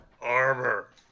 armor